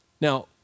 Now